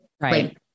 right